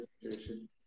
situation